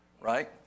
right